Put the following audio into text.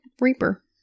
Reaper